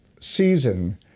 season